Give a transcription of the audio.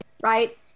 right